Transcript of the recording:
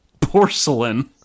porcelain